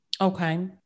Okay